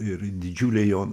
ir didžiuliai jo